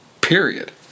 Period